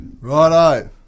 Righto